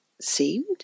Seemed